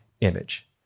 image